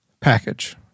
package